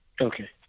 Okay